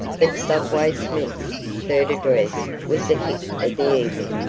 but subway smith's third address was the hit of the evening.